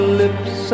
lips